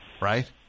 right